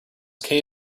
came